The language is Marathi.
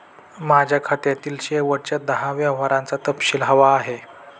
माझ्या खात्यातील शेवटच्या दहा व्यवहारांचा तपशील हवा आहे